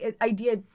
idea